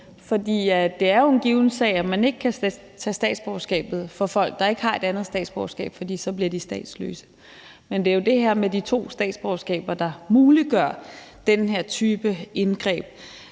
for det er jo en given sag, at man ikke kan tage statsborgerskabet fra folk, der ikke har et andet statsborgerskab, for så bliver de statsløse. Men det er jo det her med de to statsborgerskaber, der muliggør den her type indgreb.